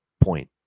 point